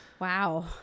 Wow